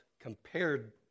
compared